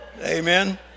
Amen